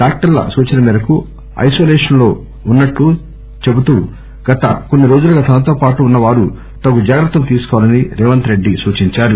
డాక్టర్ల సూచన మేరకు ఐనోలేషన్లోకి పెళుతున్నట్టు గత కొన్ని రోజులుగా తనతో పాటు ఉన్న వారు తగు జాగ్రత్తలు తీసుకోవాలని రేవంత్ సూచించారు